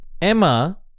Emma